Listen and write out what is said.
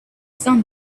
sun